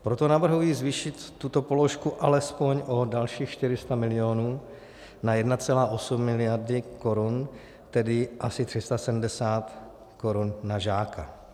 Proto navrhuji zvýšit tuto položku alespoň o dalších 400 milionů na 1,8 miliardy korun, tedy asi 370 korun na žáka.